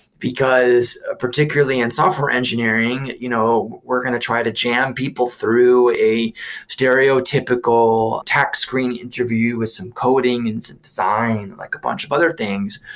because particularly in software engineering, you know we're going to try to jam people through a stereotypical tech screen interview with some coding and some design, like a bunch of other things.